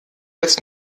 jetzt